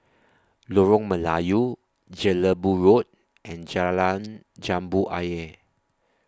Lorong Melayu Jelebu Road and Jalan Jambu Ayer